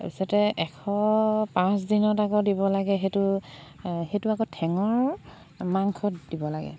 তাৰপিছতে এশ পাঁচদিনত আকৌ দিব লাগে সেইটো সেইটো আকৌ ঠেঙৰ মাংসত দিব লাগে